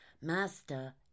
Master